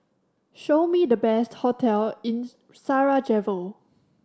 show me the best hotel in Sarajevo